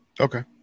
Okay